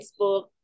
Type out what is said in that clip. Facebook